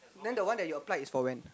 then the one that you applied is for when